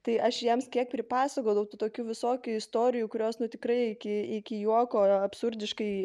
tai aš jiems kiek pripasakodavau tų tokių visokių istorijų kurios nu tikrai iki iki juoko absurdiškai